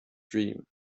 dream